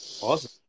Awesome